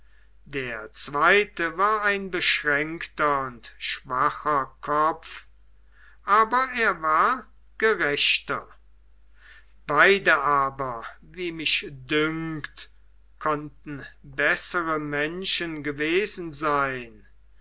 der zweite war ein beschränkter und schwacher kopf aber er war gerechter beide aber wie mich dünkt konnten bessere menschen gewesen sein